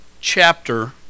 chapter